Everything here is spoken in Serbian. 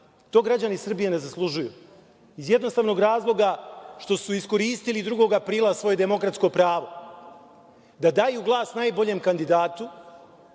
građani Srbije ne zaslužuju, iz jednostavnog razloga što su iskoristili 2. aprila svoje demokratsko pravo, da daju glas najboljem kandidatu,